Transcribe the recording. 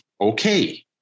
okay